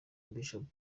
bishop